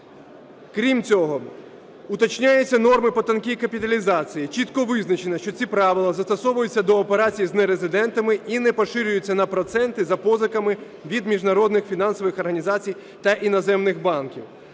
Крім цього, уточняються норми по тонкій капіталізації. Чітко визначено, що ці правила застосовуються до операцій з нерезидентами і не поширюються на проценти за позиками від міжнародних фінансових організацій та іноземних банків.